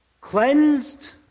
cleansed